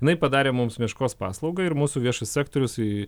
jinai padarė mums meškos paslaugą ir mūsų viešas sektorius